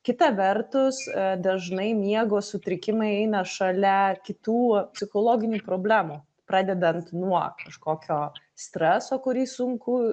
kita vertus dažnai miego sutrikimai eina šalia kitų psichologinių problemų pradedant nuo kažkokio streso kurį sunku